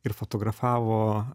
ir fotografavo